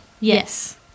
yes